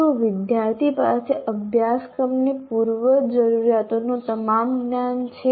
શું વિદ્યાર્થી પાસે અભ્યાસક્રમની પૂર્વજરૂરીયાતોનું તમામ જ્ઞાન છે